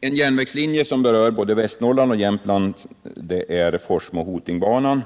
En järnvägslinje som berör både Västernorrland och Jämtland är Forsmo-Hoting-banan.